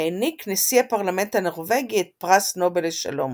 העניק נשיא הפרלמנט הנורווגי את פרס נובל לשלום.